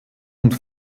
und